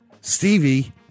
Stevie